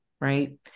right